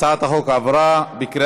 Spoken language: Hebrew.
הצעת חוק הטבות במס (תיקוני חקיקה)